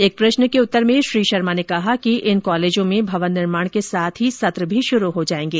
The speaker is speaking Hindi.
एक प्रश्न के उत्तर में श्री शर्मा ने कहा कि इन कॉलेजों में भवन निर्माण के साथ सत्र भी शुरू हो जाएंगे